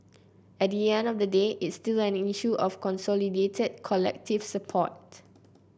at the end of the day it's still an issue of consolidated collective support